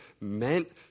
meant